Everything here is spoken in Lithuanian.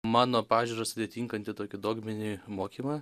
mano pažiūras atitinkantį tokį dogminį mokymą